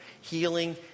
healing